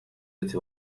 eti